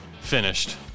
finished